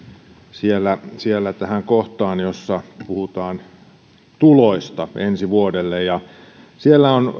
siellä siellä tähän kohtaan jossa puhutaan tuloista ensi vuodelle siellä on